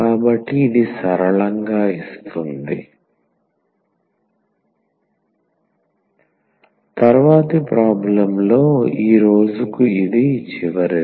కాబట్టి ఇది సరళంగా ఇస్తుంది తరువాతి ప్రాబ్లెమ్ లో ఈ రోజుకు ఇది చివరిది